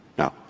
now,